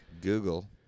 Google